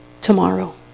tomorrow